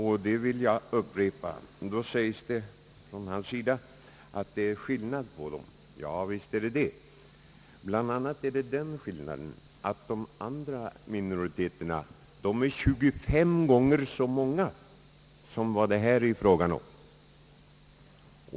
Herr talman!